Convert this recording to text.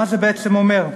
מה זה בעצם אומר.